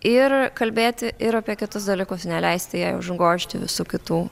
ir kalbėti ir apie kitus dalykus neleisti jai užgožti visų kitų